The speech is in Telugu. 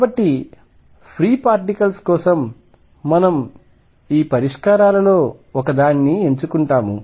కాబట్టి ఫ్రీ పార్టికల్స్ కోసం మనం ఈ పరిష్కారాలలో ఒకదాన్ని ఎంచుకుంటాము